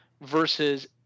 versus